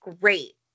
great